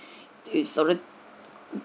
it's already